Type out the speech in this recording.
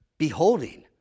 beholding